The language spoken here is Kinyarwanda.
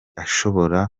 ashobora